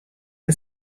new